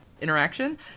interaction